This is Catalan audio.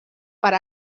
per